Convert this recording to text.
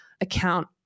account